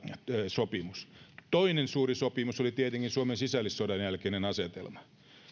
sopimus toinen suuri sopimus oli tietenkin suomen sisällissodan jälkeinen asetelma